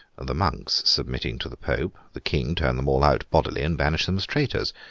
the monks submitting to the pope, the king turned them all out bodily, and banished them as traitors.